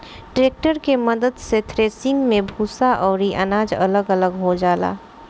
tractor के मद्दत से थ्रेसिंग मे भूसा अउरी अनाज अलग अलग हो जाला